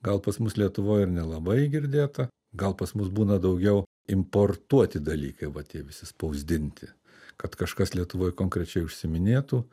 gal pas mus lietuvoj ir nelabai girdėta gal pas mus būna daugiau importuoti dalykai va tie visi spausdinti kad kažkas lietuvoj konkrečiai užsiiminėtų